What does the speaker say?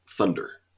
Thunder